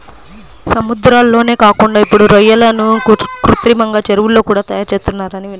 సముద్రాల్లోనే కాకుండా ఇప్పుడు రొయ్యలను కృత్రిమంగా చెరువుల్లో కూడా తయారుచేత్తన్నారని విన్నాను